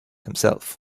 himself